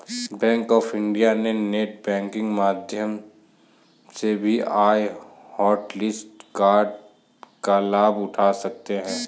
bank of India के net banking माध्यम से भी आप हॉटलिस्ट कार्ड का लाभ उठा सकते हैं